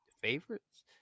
favorites